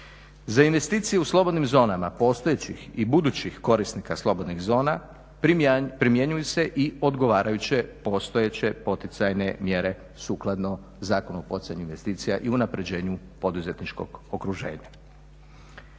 Za investicije u slobodnim zonama postojećih i budućih korisnika slobodnih zona primjenjuju se i odgovarajuće postojeće poticajne mjere sukladno Zakonu o poticanju investicija i unapređenju poduzetničkog okruženja.